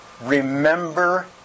Remember